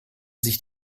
sich